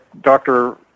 Dr